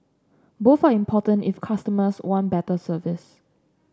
both are important if customers want better service